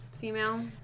female